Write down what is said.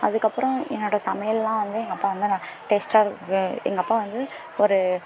அதுக்கு அப்புறம் என்னோட சமையலெலாம் வந்து எங்கள் அப்பா வந்து நல்ல டேஸ்ட்டாக இருக்குது எங்கள் அப்பா வந்து ஒரு